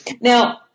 Now